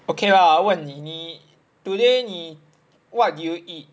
okay lah 问你你 today 你 what did you eat